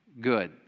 good